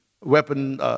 weapon